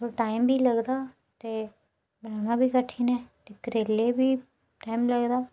थोह्ड़ा टाईम बी लगदा ते बनाना बी कठिन ऐ ते करेले बी टैम लगदा